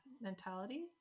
mentality